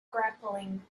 grappling